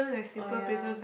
oh ya